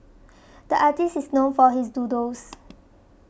the artist is known for his doodles